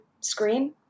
screen